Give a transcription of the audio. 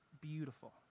beautiful